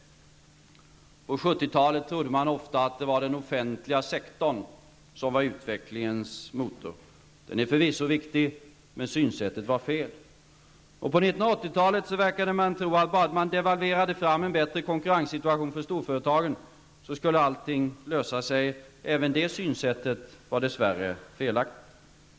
På 1970-talet trodde man ofta att det var den offentliga sektorn som var utvecklingens motor. Den är förvisso viktig, men synsättet var felaktigt. På 1980-talet verkade man tro att bara man devalverade fram en bättre konkurrenssituation för storföretagen skulle allting lösa sig. Även det synsättet var dess värre felaktigt.